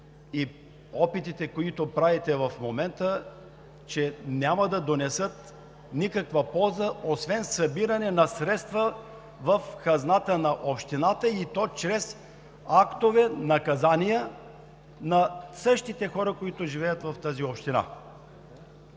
че опитите, които правите в момента, няма да донесат никаква полза освен събиране на средства в хазната на общината, и то чрез актове, наказания на същите хора, които живеят в тази община.